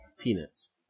peanuts